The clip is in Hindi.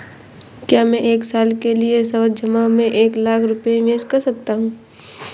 क्या मैं एक साल के लिए सावधि जमा में एक लाख रुपये निवेश कर सकता हूँ?